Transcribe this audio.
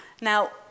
Now